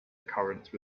occurrence